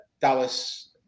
Dallas